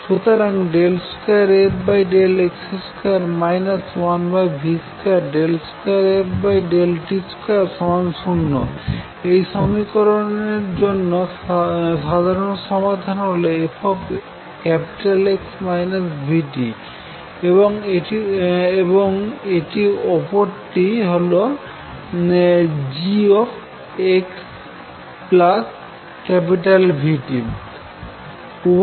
সুতরাং 2fx2 1v22ft20 এই সমীকরণের জন্য সাধারন সমাধান হল f এবং এটি অপরটি gx v t